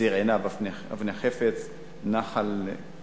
ציר עינב, אבני-חפץ, ציר נחל-קנה,